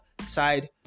side